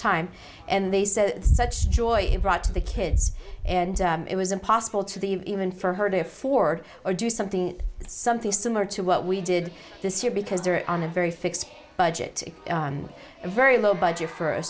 time and they said such joy brought to the kids and it was impossible to the even for her to afford or do something something similar to what we did this year because they're on a very fixed budget very low budget for a